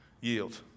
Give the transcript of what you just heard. Yield